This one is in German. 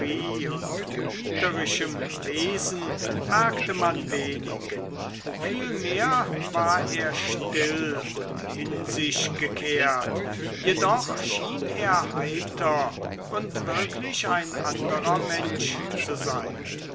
und gebieterischem wesen merkte man wenig vielmehr war er still und in sich gekehrt jedoch schien er heiter und wirklich ein anderer mensch zu sein